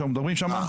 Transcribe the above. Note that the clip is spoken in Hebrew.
אנחנו מדברים שם,